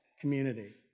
community